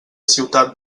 ciutat